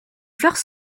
fleurs